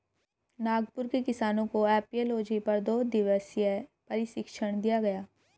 नागपुर के किसानों को एपियोलॉजी पर दो दिवसीय प्रशिक्षण दिया गया